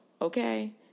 Okay